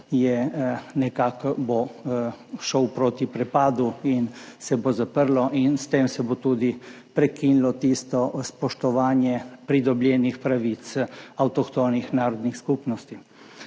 jezikom šel proti prepadu in se bo zaprl. S tem se bo tudi prekinilo spoštovanje pridobljenih pravic avtohtonih narodnih skupnosti.